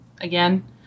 again